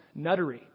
nuttery